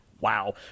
wow